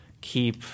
keep